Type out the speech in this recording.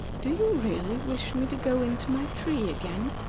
do you really wish me to go into my tree again?